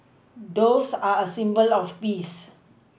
doves are a symbol of peace